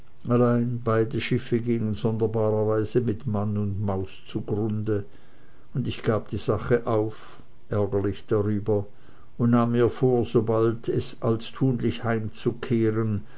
allein beide schiffe gingen sonderbarerweise mit mann und maus zu grunde und ich gab die sache auf ärgerlich darüber und nahm mir vor sobald als tunlich